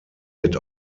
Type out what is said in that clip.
mit